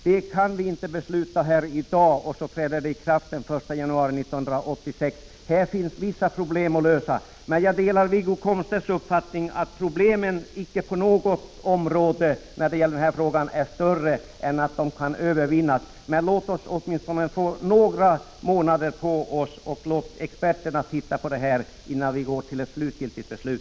Det kan vi inte besluta om här i dag, för att det sedan skall träda i kraft den 1 januari 1986. Jag delar emellertid Wiggo Komstedts uppfattning att problemen icke på något område när det gäller denna fråga är större än att de kan övervinnas. Men låt oss åtminstone få några månader på oss, och låt experterna se över detta innan vi fattar något slutgiltigt beslut.